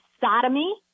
sodomy